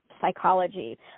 psychology